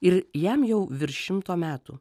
ir jam jau virš šimto metų